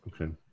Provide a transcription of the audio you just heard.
Okay